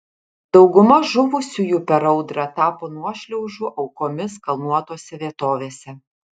dauguma žuvusiųjų per audrą tapo nuošliaužų aukomis kalnuotose vietovėse